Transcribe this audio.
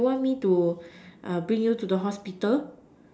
do you want me to bring you to the hospital